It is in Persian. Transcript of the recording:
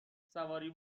سواری